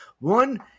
One